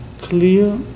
clear